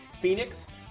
Phoenix